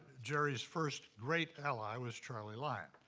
jerry's first great ally was charlie lyon.